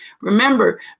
remember